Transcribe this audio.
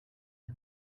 nhà